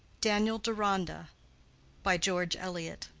daniel deronda by george eliot